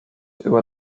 über